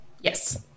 Yes